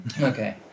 okay